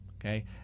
okay